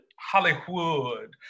Hollywood